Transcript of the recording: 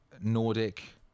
Nordic